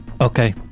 Okay